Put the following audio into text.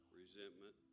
resentment